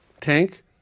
Tank